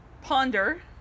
Ponder